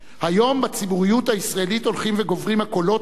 היום בציבוריות הישראלית הולכים וגוברים הקולות מימין